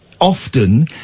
often